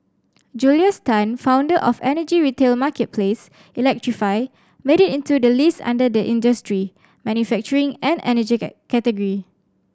Julius Tan founder of energy retail marketplace Electrify made it into the list under the industry manufacturing and energy category